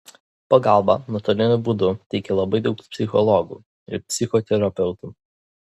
pagalbą nuotoliniu būdu teikia labai daug psichologų ir psichoterapeutų